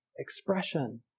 expression